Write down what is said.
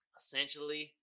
essentially